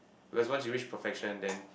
because once you reach perfection then